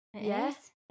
Yes